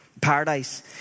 Paradise